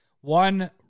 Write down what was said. One